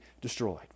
destroyed